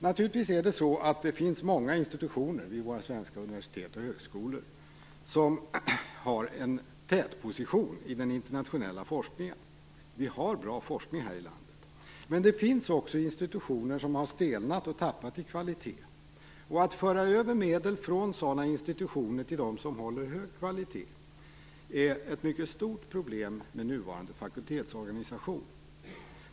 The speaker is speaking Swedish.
Naturligtvis finns det många institutioner på våra universitet och högskolor som har en tätposition i den internationella forskningen. Vi har bra forskning här i landet. Men det finns också institutioner som har stelnat och tappat i kvalitet. Att föra över medel från sådana institutioner till dem som håller hög kvalitet innebär ett mycket stort problem med nuvarande fakultetsorganisation.